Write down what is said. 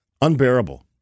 unbearable